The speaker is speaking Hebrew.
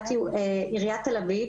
עיריית תל-אביב